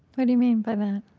what do you mean by that?